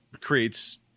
creates